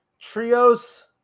trios